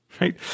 Right